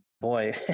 Boy